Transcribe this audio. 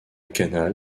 canal